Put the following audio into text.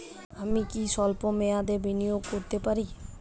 আমি কি ব্যবসাতে স্বল্প মেয়াদি বিনিয়োগ করতে পারি?